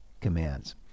commands